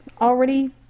Already